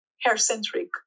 hair-centric